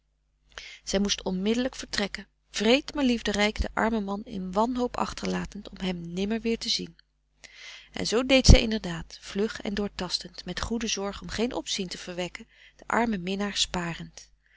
zij moest onmiddelijk vertrekken wreed maar liefderijk den armen man in wanhoop achterlatend om hem nimmer weer te zien en zoo deed zij inderdaad vlug en doortastend met goede zorg om geen opzien te verwekken den armen minnaar sparend